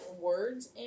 Words